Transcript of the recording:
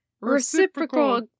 reciprocal